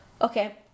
okay